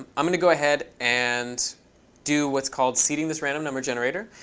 i'm going to go ahead and do what's called seeding this random number generator.